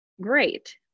great